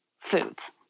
foods